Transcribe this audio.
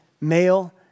male